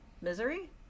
Misery